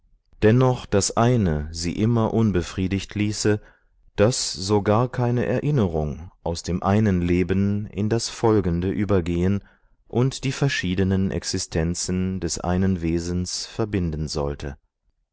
dennoch das eine sie immer unbefriedigt ließe daß so gar keine erinnerung aus dem einen leben in das folgende übergehen und die verschiedenen existenzen des einen wesens verbinden sollte